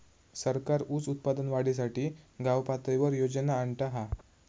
सरकार ऊस उत्पादन वाढीसाठी गावपातळीवर योजना आणता हा